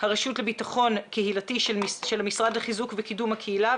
הרשות לביטחון קהילתי של המשרד לחיזוק וקידום הקהילה,